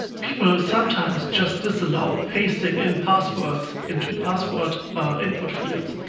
people sometimes just disallow pasting in passwords into a password input field,